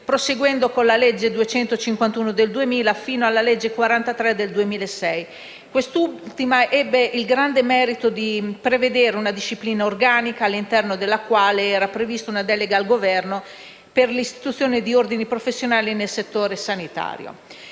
proseguendo con la legge n. 251 del 2000, fino alla legge n. 43 del 2006. Quest'ultima ebbe il grande merito di prevedere una disciplina organica all'interno della quale era prevista una delega al Governo per l'istituzione di ordini professionali nel settore sanitario.